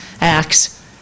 acts